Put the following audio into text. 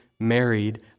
Married